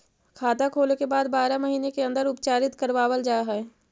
खाता खोले के बाद बारह महिने के अंदर उपचारित करवावल जा है?